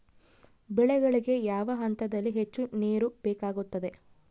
ಬೆಳೆಗಳಿಗೆ ಯಾವ ಹಂತದಲ್ಲಿ ಹೆಚ್ಚು ನೇರು ಬೇಕಾಗುತ್ತದೆ?